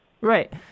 Right